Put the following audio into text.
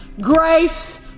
grace